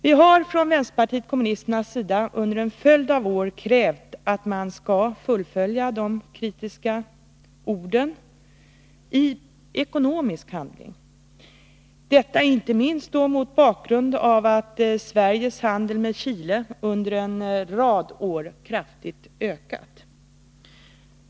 Vi har från vänsterpartiet kommunisternas sida under en följd av år krävt att man skall fullfölja de kritiska orden i ekonomisk handling — detta inte minst mot bakgrund av att Sveriges handel med Chile under en rad år kraftigt ökat.